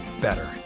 better